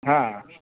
હા